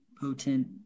Potent